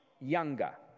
younger